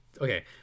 Okay